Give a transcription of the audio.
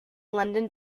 london